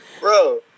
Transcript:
Bro